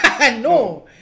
No